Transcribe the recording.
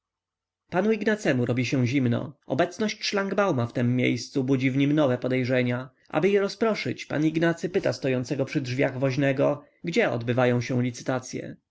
współwyznawców panu ignacemu robi się zimno obecność szlangbauma w tem miejscu budzi w nim nowe podejrzenie aby je rozproszyć pan ignacy pyta stojącego przy drzwiach woźnego gdzie odbywają się licytacye